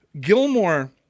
Gilmore